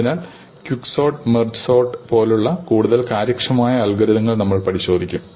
അതിനാൽ quick sort merge sort പോലുള്ള കൂടുതൽ കാര്യക്ഷമമായ അൽഗോരിതങ്ങൾ നമ്മൾ പരിശോധിക്കും